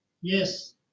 yes